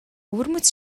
өвөрмөц